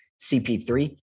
cp3